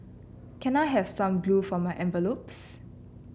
can I have some glue for my envelopes